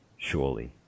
Surely